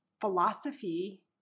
philosophy